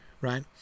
right